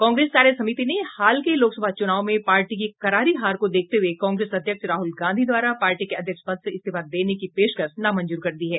कांग्रेस कार्य समिति ने हाल के लोकसभा चुनाव में पार्टी की करारी हार को देखते हुए कांग्रेस अध्यक्ष राहुल गांधी द्वारा पार्टी के अध्यक्ष पद से इस्तीफा देने की पेशकश नामंजूर कर दी है